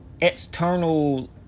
external